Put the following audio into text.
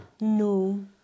No